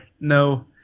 No